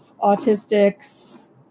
autistics